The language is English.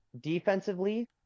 Defensively